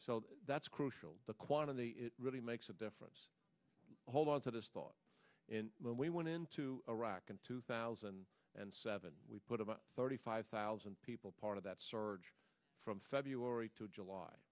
so that's crucial the quantity it really makes a difference hold on to this thought we went into iraq in two thousand and seven we put about thirty five thousand people part of that surge from february to july